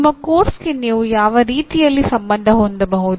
ನಿಮ್ಮ ಪಠ್ಯಕ್ರಮಕ್ಕೆ ನೀವು ಯಾವ ರೀತಿಯಲ್ಲಿ ಸಂಬಂಧ ಹೊಂದಬಹುದು